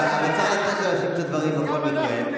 אבל צריך לתת לו להשלים את הדברים בכל מקרה.